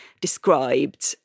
described